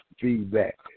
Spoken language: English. feedback